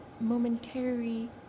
momentary